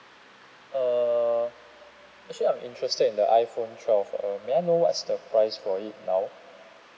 err actually I'm interested in the iphone twelve uh may I know what's the price for it now